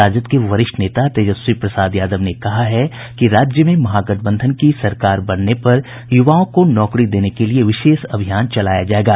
राजद के वरिष्ठ नेता तेजस्वी प्रसाद यादव ने कहा है कि राज्य में महागठबंधन की सरकार बनने पर युवाओं को नौकरी देने के लिए विशेष अभियान चलाया जायेगा